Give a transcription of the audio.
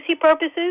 purposes